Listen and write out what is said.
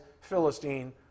Philistine